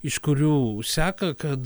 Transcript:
iš kurių seka kad